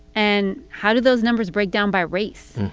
and how did those numbers break down by race?